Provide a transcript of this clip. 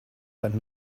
but